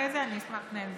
אחרי זה אני אשמח לנהל ויכוח.